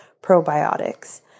probiotics